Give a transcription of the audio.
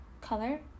color